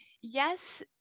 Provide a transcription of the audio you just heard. yes